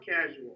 casual